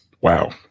Wow